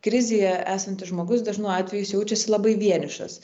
krizėje esantis žmogus dažnu atveju jis jaučiasi labai vienišas